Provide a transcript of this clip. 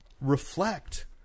reflect